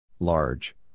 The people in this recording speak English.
Large